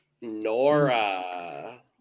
Nora